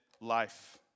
life